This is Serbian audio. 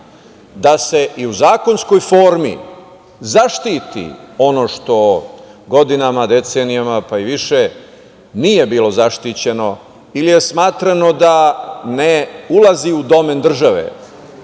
da se i u zakonskoj formi zaštiti ono što godinama, decenijama, pa i više nije bilo zaštićeno ili je smatrano da ne ulazi u domen države.